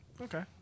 Okay